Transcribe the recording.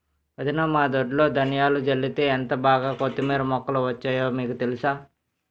వదినా మా దొడ్లో ధనియాలు జల్లితే ఎంటబాగా కొత్తిమీర మొక్కలు వచ్చాయో మీకు తెలుసా?